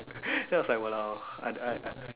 then I was like !walao! I I I